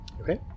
Okay